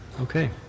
okay